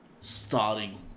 starting